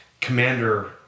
commander